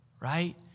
right